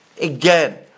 again